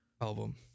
album